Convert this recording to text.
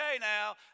now